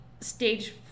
stage